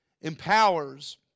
empowers